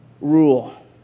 rule